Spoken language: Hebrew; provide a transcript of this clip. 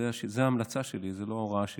זו ההמלצה שלי, זו לא הוראה שלי.